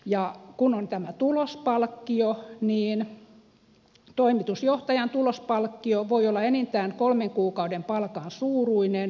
ja kun on tämä tulospalkkio niin toimitusjohtajan tulospalkkio voi olla enintään kolmen kuukauden palkan suuruinen